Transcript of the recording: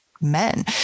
men